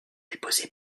déposé